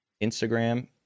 Instagram